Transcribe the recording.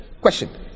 question